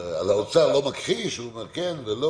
האוצר לא מכחיש, הוא אומר כן ולא